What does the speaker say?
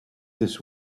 this